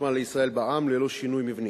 החשמל לישראל בע"מ ללא שינוי מבני.